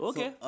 Okay